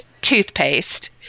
toothpaste